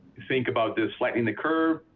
think about this flattening the curve,